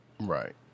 right